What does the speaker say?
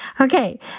Okay